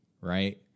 right